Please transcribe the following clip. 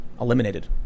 eliminated